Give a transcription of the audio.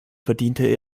verdiente